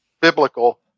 biblical